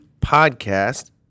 Podcast